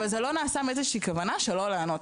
אבל זה לא נעשה מאיזושהי כוונה שלא לענות,